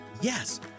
Yes